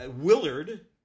Willard